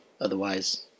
otherwise